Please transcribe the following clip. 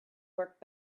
work